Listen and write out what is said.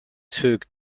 took